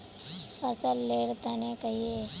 फसल लेर तने कहिए?